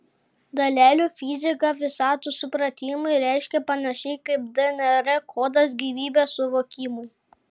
dalelių fizika visatos supratimui reiškia panašiai kaip dnr kodas gyvybės suvokimui